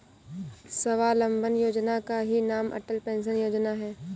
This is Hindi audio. स्वावलंबन योजना का ही नाम अटल पेंशन योजना है